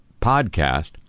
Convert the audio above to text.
podcast